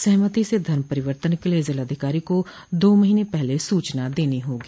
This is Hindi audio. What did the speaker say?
सहमति से धर्म परितर्वन के लिये जिलाधिकारी को दो महीने पहले सूचना देनी होगी